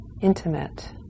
intimate